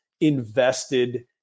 invested